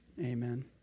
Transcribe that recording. amen